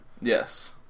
Yes